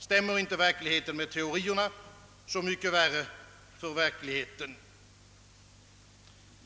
Stämmer inte verkligheten med teorierna, så mycket värre för verkligheten!